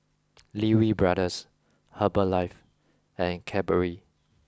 Lee Wee Brothers Herbalife and Cadbury